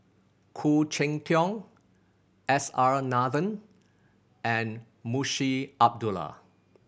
Khoo Cheng Tiong S R Nathan and Munshi Abdullah